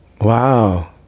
wow